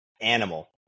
animal